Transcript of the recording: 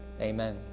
Amen